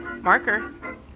Marker